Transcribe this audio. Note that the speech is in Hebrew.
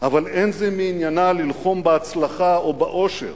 אבל אין זה מעניינה ללחום בהצלחה או בעושר,